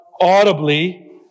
audibly